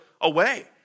away